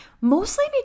mostly